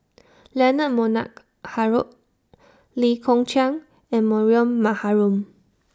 Leonard Montague Harrod Lee Kong Chian and Mariam Maharom